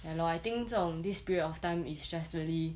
ya lor I think 这种 this period of time it's just really